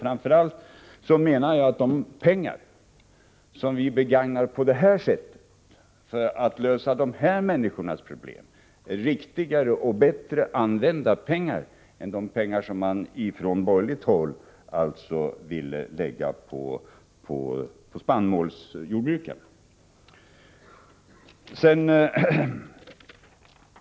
Jag anser framför allt att de pengar som vi begagnar på detta sätt för att lösa dessa människors problem är riktigare och bättre använda pengar än de pengar som man från borgerligt håll vill ge åt spannmålsjordbrukarna.